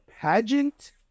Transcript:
pageant